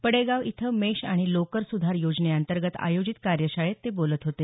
पडेगाव इथं मेष आणि लोकर सुधार योजनेअंतर्गत आयोजित कार्यशाळेत ते बोलत होते